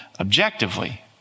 objectively